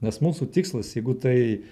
nes mūsų tikslas jeigu tai